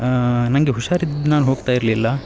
ನಂಗೆ ಹುಷಾರು ಇದ್ದಿದ್ದು ನಾನು ಹೋಗ್ತಾಯಿರಲಿಲ್ಲ